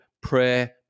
prayer